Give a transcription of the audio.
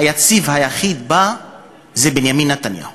היציב היחיד בה הוא בנימין נתניהו,